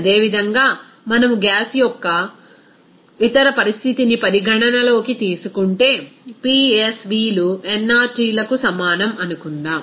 అదేవిధంగా మనము గ్యాస్ యొక్క ఇతర స్థితిని పరిగణనలోకి తీసుకుంటే PsVలు nRTలకు సమానం అనుకుందాం